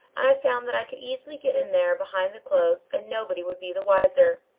and i found that i could easily get in there behind the clothes and nobody would be the wiser.